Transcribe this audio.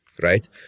right